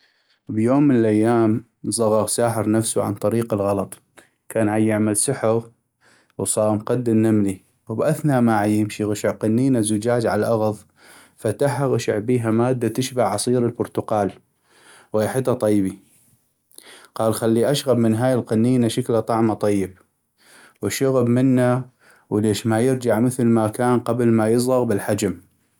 بيوم من الأيام صغغ ساحر نفسو عن طريق الغلط كان عيعمل سحغ وصاغ مقد النملي وباثناء ما عيمشي غشع قنينة زجاج عالاغض فتحا غشع بيها مادة تشبه عصير البرتقال وغيحتا طيبي ، قال خلي اشغب من هاي القنينة شكلا طعما طيب ، وشغب منه وليش ما يرجع مثل ماكان قبل ما يصغغ بالحجم.